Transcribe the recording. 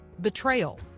Betrayal